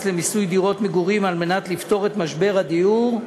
לדירות מגורים כדי לפתור את משבר הדיור,